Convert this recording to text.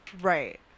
right